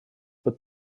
под